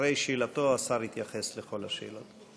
אחרי שאלתו, השר יתייחס לכל השאלות.